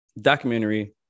documentary